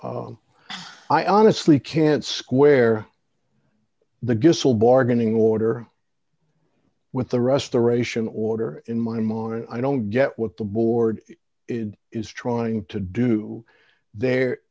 i honestly can't square the guess will bargaining order with the restoration order in my mind i don't get what the board is trying to do the